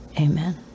amen